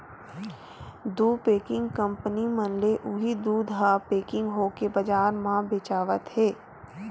दू packing company मन ले उही दूद ह पेकिग होके बजार म बेचावत हे